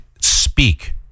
speak